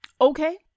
Okay